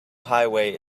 highway